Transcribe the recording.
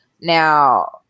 Now